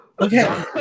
Okay